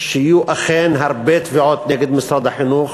שיהיו אכן הרבה תביעות נגד משרד החינוך,